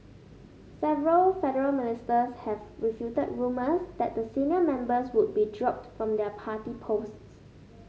several federal ministers have refuted rumours that the senior members would be dropped from their party posts